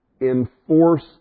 enforce